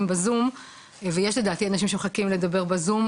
בזום ויש לדעתי אנשים שמחכים לדבר בזום,